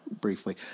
briefly